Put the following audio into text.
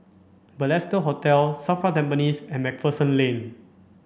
Balestier Hotel SAFRA Tampines and MacPherson Lane